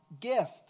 gift